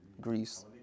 Greece